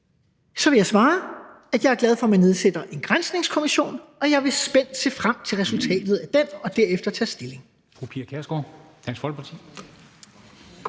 – vil jeg svare, at jeg er glad for, at man nedsætter en granskningskommission, og jeg vil spændt se frem til resultatet af den og derefter tage stilling.